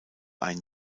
ein